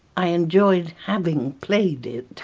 i enjoyed having played it